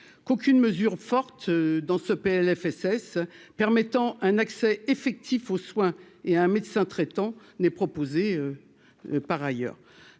qu'aucune mesure forte dans ce PLFSS permettant un accès effectif. S'il faut soin et un médecin traitant n'est proposée par ailleurs